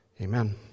Amen